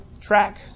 track